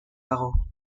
dago